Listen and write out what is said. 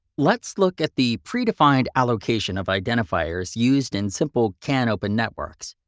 let's look at the pre-defined allocation of identifiers used in simple canopen networks.